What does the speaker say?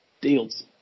deals